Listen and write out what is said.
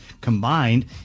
combined